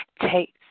Taste